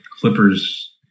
Clippers